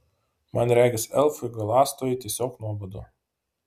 man regis elfui galąstojui tiesiog nuobodu